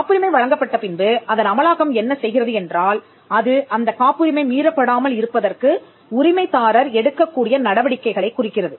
காப்புரிமை வழங்கப்பட்ட பின்பு அதன் அமலாக்கம் என்ன செய்கிறது என்றால் அது அந்த காப்புரிமை மீறப்படாமல் இருப்பதற்கு உரிமைதாரர் எடுக்கக்கூடிய நடவடிக்கைகளைக் குறிக்கிறது